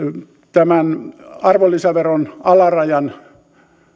tämän arvonlisäveron alarajan